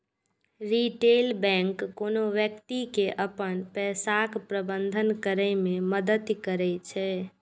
retail bank कोनो व्यक्ति के अपन पैसाक प्रबंधन करै मे मदति करै छै